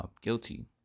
guilty